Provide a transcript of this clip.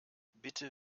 bitte